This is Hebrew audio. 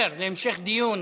(ארגון סטודנטים ארצי יציג), התשע"ו 2016,